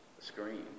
Screen